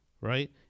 right